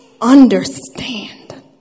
understand